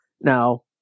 now